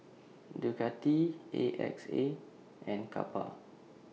Ducati A X A and Kappa